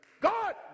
God